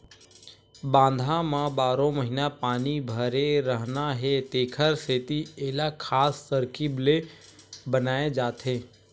बांधा म बारो महिना पानी भरे रहना हे तेखर सेती एला खास तरकीब ले बनाए जाथे